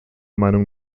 meinung